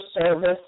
service